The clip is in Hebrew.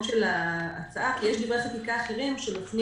של ההצעה כי יש דברי חקיקה אחרים שמפנים